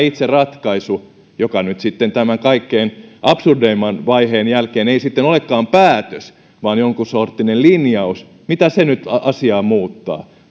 itse tästä ratkaisusta joka nyt sitten tämän kaikkein absurdeimman vaiheen jälkeen ei olekaan päätös vaan jonkun sorttinen linjaus ja mitä se nyt asiaa muuttaa